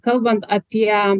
kalbant apie